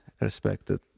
respected